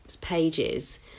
pages